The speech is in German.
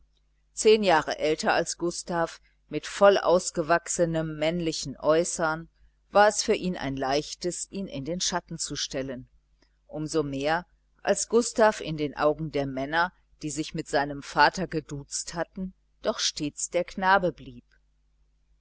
zehn jahre älter als gustav mit vollausgewachsenem männlichem äußern war es für ihn ein leichtes ihn in den schatten zu stellen um so mehr als gustav in den augen der männer die sich mit seinem vater geduzt hatten doch stets der knabe blieb